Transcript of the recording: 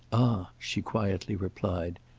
ah, she quietly replied,